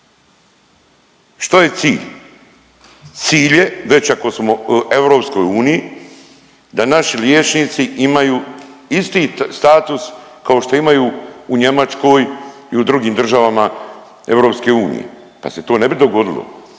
Što je cilj? Cilj je već ako smo u EU da naši liječnici imaju isti status kao što imaju u Njemačkoj i u drugim državama EU pa se to ne bi dogodilo.